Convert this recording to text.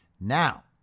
Now